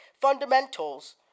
fundamentals